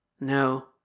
No